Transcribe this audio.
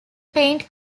paint